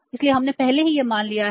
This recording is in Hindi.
इसलिए हमने पहले ही यह मान लिया है